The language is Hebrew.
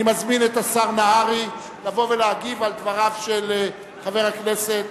אני מזמין את השר נהרי לבוא ולהגיב על דבריו של חבר הכנסת